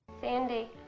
Sandy